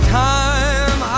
time